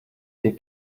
dir